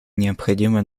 необходимые